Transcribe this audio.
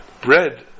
Bread